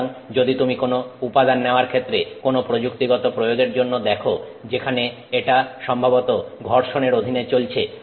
সুতরাং যদি তুমি কোন উপাদান নেওয়ার ক্ষেত্রে কোন প্রযুক্তিগত প্রয়োগের জন্য দেখো যেখানে এটা সম্ভবত ঘর্ষণের অধীনে চলছে